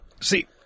See